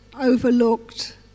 Overlooked